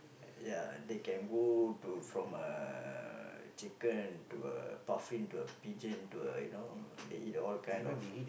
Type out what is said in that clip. ya they can go to from a chicken to a puffin to a pigeon to a you know they eat all kind of